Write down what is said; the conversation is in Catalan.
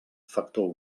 factor